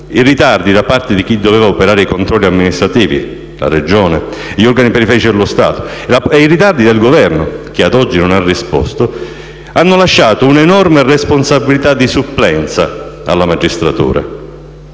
i ritardi da parte di chi doveva operare i controlli amministrativi (la Regione) e da parte degli organi periferici dello Stato e i ritardi del Governo, che ad oggi non ha risposto, hanno lasciato un'enorme responsabilità di supplenza alla magistratura.